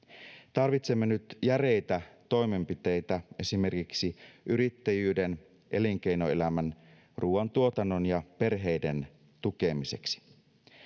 tarvitsemme nyt järeitä toimenpiteitä esimerkiksi yrittäjyyden elinkeinoelämän ruuantuotannon ja perheiden tukemiseksi